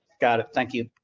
got it. thank you.